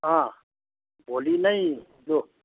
अँ भोलि नै लु